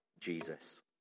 Jesus